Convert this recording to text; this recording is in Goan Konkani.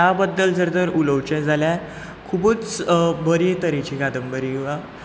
त्या बद्दल जर उलोवचे जाल्यार खुबूच बरे तरेची कंदबरी वा